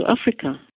Africa